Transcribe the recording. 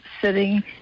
sitting